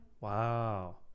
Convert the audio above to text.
Wow